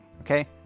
okay